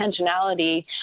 intentionality